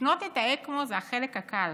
לקנות את האקמו זה החלק הקל.